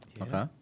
Okay